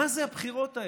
מה זה הבחירות האלה?